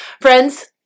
Friends